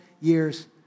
years